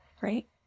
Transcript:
right